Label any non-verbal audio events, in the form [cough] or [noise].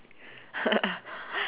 [laughs]